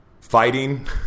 Fighting